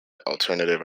alternative